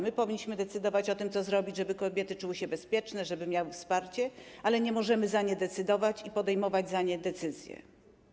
My powinniśmy decydować o tym, co zrobić, żeby kobiety czuły się bezpieczne, żeby miały wsparcie, ale nie możemy za nie decydować i podejmować za nie decyzji.